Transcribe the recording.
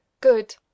Good